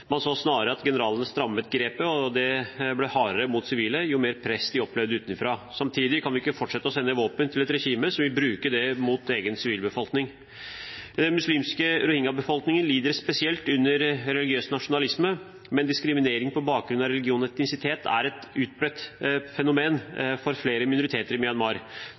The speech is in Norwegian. Man så snarere at generalene strammet grepet, og det ble hardere for de sivile jo mer press de opplevde utenfra. Samtidig kan vi ikke fortsette å sende våpen til et regime som vil bruke dem mot egen sivilbefolkning. Den muslimske rohingya-befolkningen lider spesielt under religiøs nasjonalisme, men diskriminering på bakgrunn av religion og etnisitet er et utbredt fenomen for flere minoriteter i Myanmar.